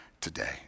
today